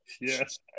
yes